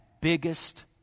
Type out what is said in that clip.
biggest